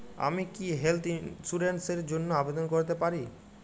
আমি কি health insurance র জন্য আবেদন করতে পারি?